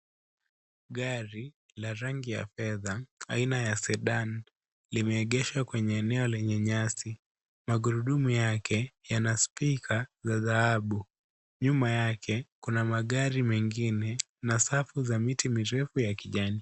Gari la rangi ya fedha aina ya Zedan limeegheshwa kwenye eneo kwenye nyasi magurudumu yake yana spika za dhahabu nyuma yake kuna magari mengine na safu za miti mirefu za kijani.